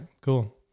cool